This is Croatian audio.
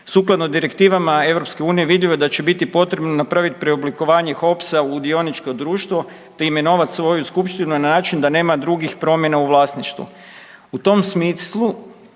Sukladno direktivama EU vidljivo je da će biti potrebno napraviti preoblikovanje HOPS-a u dioničko društvo te imenovati svoju skupštinu na način da nema drugih promjena u vlasništvu. U tom smislu